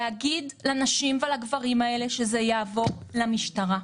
להגיד לנשים ולגברים האלה שזה יעבור למשטרה.